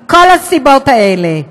מכל הסיבות האלה,